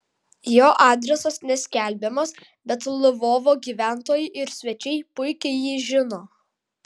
jo adresas neskelbiamas bet lvovo gyventojai ir svečiai puikiai jį žino